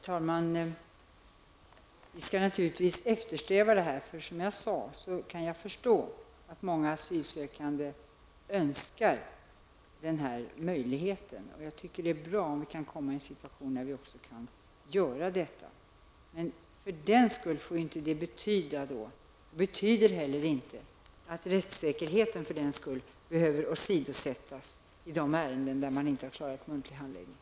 Herr talman! Vi skall naturligtvis eftersträva en muntlig handläggning. Som jag sade kan jag förstå att många asylsökande önskar den möjligheten, och jag tycker att det är bra om vi kan komma i en situation där vi också kan genomföra detta. Men för den skull betyder inte nuvarande ordning att rättssäkerheten behöver åsidosättas i de ärenden där man inte har klarat en muntlig handläggning.